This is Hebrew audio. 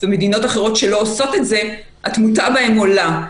ומדינות אחרות שלא עושות את זה, התמותה בהן עולה.